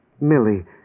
Millie